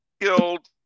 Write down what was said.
killed